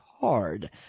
hard